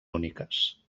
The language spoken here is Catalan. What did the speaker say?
úniques